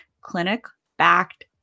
clinic-backed